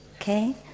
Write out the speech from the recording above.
okay